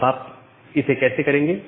अब आप इसे कैसे करेंगे